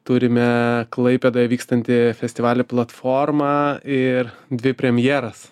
turime klaipėdoje vykstantį festivalį platformą ir dvi premjeras